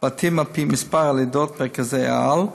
בתים על פי מספר הלידות: מרכזי-העל,